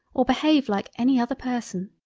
or behave like any other person.